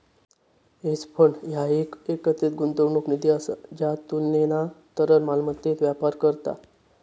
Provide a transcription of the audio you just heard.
hedge fund ह्या एक एकत्रित गुंतवणूक निधी असा ज्या तुलनेना तरल मालमत्तेत व्यापार करता